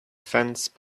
fence